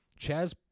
Chaz